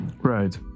Right